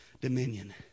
dominion